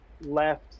left